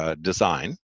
design